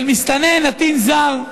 של מסתנן, נתין זר,